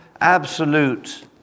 absolute